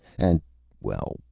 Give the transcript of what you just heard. and well,